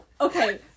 Okay